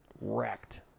wrecked